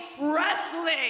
wrestling